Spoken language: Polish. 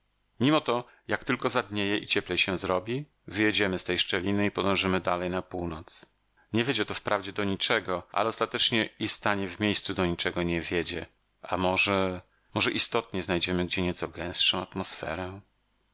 mimo to jak tylko zadnieje i cieplej się zrobi wyjedziemy z tej szczeliny i podążymy dalej na północ nie wiedzie to wprawdzie do niczego ale ostatecznie i stanie w miejscu do niczego nie wiedzie a może może istotnie znajdziemy gdzie nieco gęstszą atmosferę